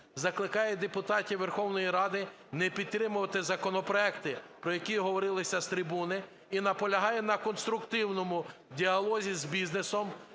закликає депутатів Верховної Ради не підтримувати законопроекти, про які говорилися з трибуни, і наполягає на конструктивному діалозі з бізнесом